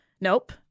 Nope